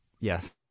yes